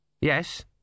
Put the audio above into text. Yes